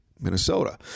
Minnesota